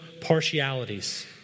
partialities